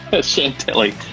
Chantilly